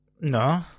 No